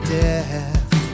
death